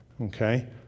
Okay